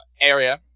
area